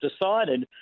decided